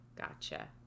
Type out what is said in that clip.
Gotcha